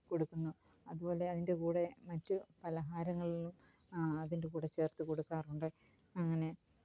കൊടുക്കുന്നു അതുപോലെ അതിന്റെ കൂടെ മറ്റു പലഹാരങ്ങളും അതിന്റെ കൂടെ ചേര്ത്ത് കൊടുക്കാറുണ്ട് അങ്ങനെ